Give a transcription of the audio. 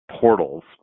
portals